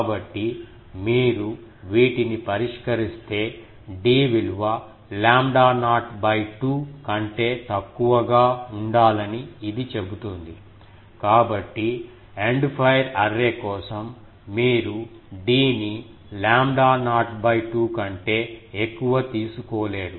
కాబట్టి మీరు వీటిని పరిష్కరిస్తే d విలువ లాంబ్డా నాట్ 2 కంటే తక్కువగా ఉండాలని ఇది చెబుతుంది కాబట్టి ఎండ్ ఫైర్ అర్రే కోసం మీరు d ని లాంబ్డా నాట్ 2 కంటే ఎక్కువ తీసుకోలేరు